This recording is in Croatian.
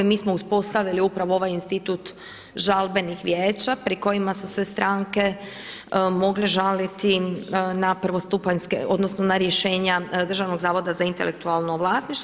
Mi smo uspostavili upravo ovaj institut žalbenih vijeća pri kojima su se stranke mogle žaliti na prvostupanjske odnosno na rješenja Državnog zavoda za intelektualno vlasništvo.